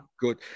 Good